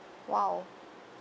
!wow!